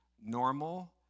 normal